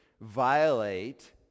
violate